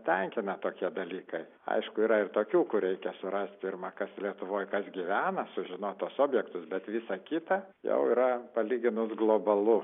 tenkina tokie dalykai aišku yra ir tokių kur reikia surast pirma kas lietuvoj kas gyvena sužinot tuos objektus bet visa kita jau yra palyginus globalu